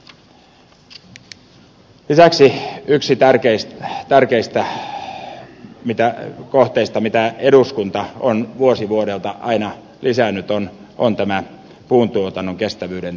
lisäksi yksi tärkeistä kohteista mitä eduskunta on vuosi vuodelta aina lisännyt on puuntuotannon kestävyyden turvaaminen